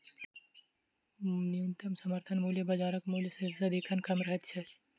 न्यूनतम समर्थन मूल्य बाजारक मूल्य सॅ सदिखन कम रहैत छै